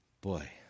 Boy